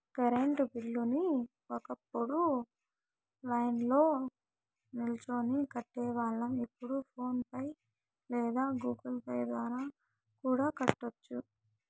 current బిల్లుని ఒకప్పుడు లైన్ల్నో నిల్చొని కట్టేవాళ్ళం, ఇప్పుడు ఫోన్ పే లేదా గుగుల్ పే ద్వారా కూడా కట్టొచ్చు